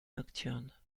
nocturne